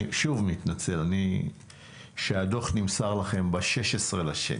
כעת נאמר לי שהדוח נמסר לכם ב-16.02.